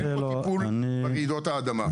אין פה טיפול ברעידות האדמה.